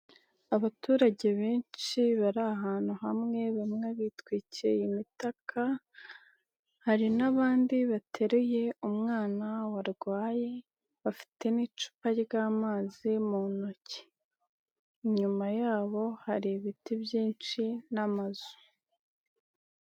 Abaturage benshi bari ahantu hamwe bamwe bitwikiye imitaka hari n'abandi bateruye umwana barwaye bafite n'icupa ry'amazi mu ntoki, inyuma yabo hari ibiti byinshi n'amazu.